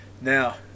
Now